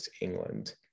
England